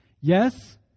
Yes